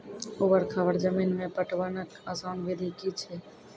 ऊवर खाबड़ जमीन मे पटवनक आसान विधि की ऐछि?